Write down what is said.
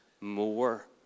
more